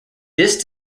this